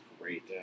great